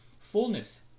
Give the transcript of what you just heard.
fullness